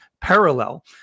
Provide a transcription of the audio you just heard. parallel